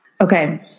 Okay